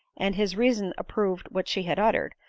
and his reason approved what she had uttered,